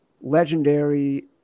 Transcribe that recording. legendary